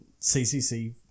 CCC